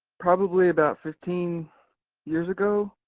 probably about fifteen years ago,